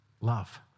Love